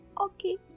Okay